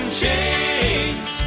chains